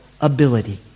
ability